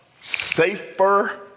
safer